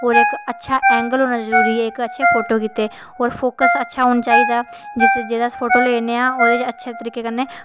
होर इक्क अच्छा एंगल होना जरूरी ऐ इक्क अच्छे फोटो गित्तै अच्छा होना चाहिदा जेह्दा अस फोटो लैन्ने आं ओह्दा अच्छे तरीके कन्नै